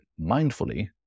mindfully